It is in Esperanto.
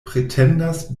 pretendas